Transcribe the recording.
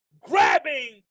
grabbing